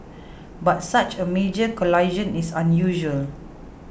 but such a major collision is unusual